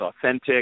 authentic